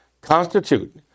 constitute